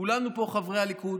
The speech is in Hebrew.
כולנו פה, חברי הליכוד,